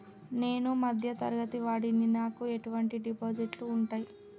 నేను మధ్య తరగతి వాడిని నాకు ఎటువంటి డిపాజిట్లు ఉంటయ్?